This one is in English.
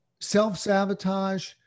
self-sabotage